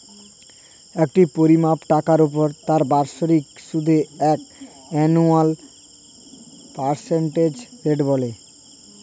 একটি পরিমাণ টাকার উপর তার বাৎসরিক সুদকে অ্যানুয়াল পার্সেন্টেজ রেট বলে